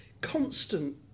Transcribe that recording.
constant